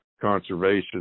Conservation